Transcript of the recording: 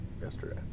yesterday